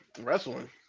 wrestling